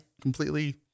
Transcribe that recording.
completely